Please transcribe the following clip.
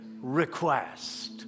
request